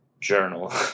journal